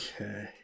okay